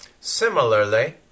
Similarly